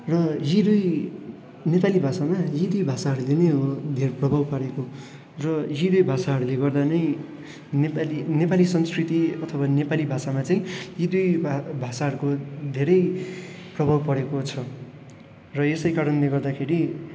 र यी दुई नेपाली भाषामा यी दुई भाषाहरूले नै हो धेर प्रभाव पारेको र यी दुई भाषाहरूले गर्दा नै नेपाली नेपाली सँस्कृति अथवा नेपाली भाषामा चैँ यी दुई भा भाषाहर्को धेरै प्रभाव परेको छ र यसै कारणले गर्दाखेरि